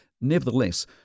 Nevertheless